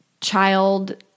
child